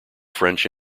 french